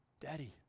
Daddy